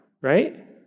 right